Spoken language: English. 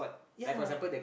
ya